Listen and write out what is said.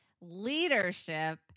leadership